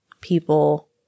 people